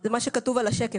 זה מה שכתוב בשקף.